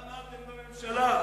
למה אתם בממשלה?